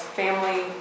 family